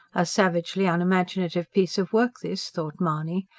a savagely unimaginative piece of work this, thought mahony,